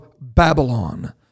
Babylon